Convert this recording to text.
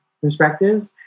perspectives